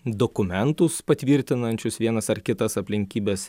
dokumentus patvirtinančius vienas ar kitas aplinkybes